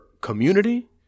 community